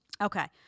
Okay